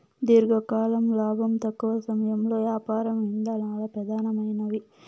దీర్ఘకాలం లాబం, తక్కవ సమయంలో యాపారం ఇందల పెదానమైనవి